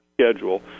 schedule